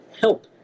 help